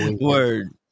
Word